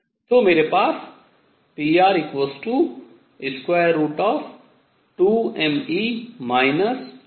तो मेरे पास pr√2mE L2r22kr है